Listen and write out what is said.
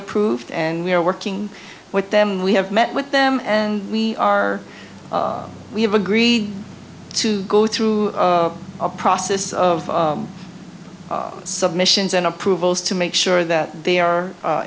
approved and we are working with them we have met with them and we are we have agreed to go through a process of submissions and approvals to make sure that they are